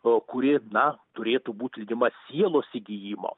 o kuri na turėtų būt lydima sielos įgijimo